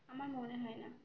আমার মনে হয় না